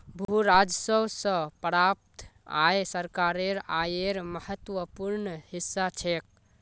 भू राजस्व स प्राप्त आय सरकारेर आयेर महत्वपूर्ण हिस्सा छेक